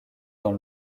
dans